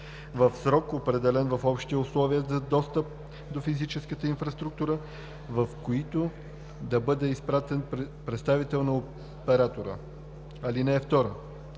в срок, определен в общите условия за достъп до физическата инфраструктура, в който да бъде изпратен представител на оператора. (2)